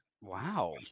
Wow